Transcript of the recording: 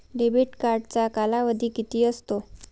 Debit कार्डचा कालावधी किती असतो?